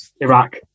Iraq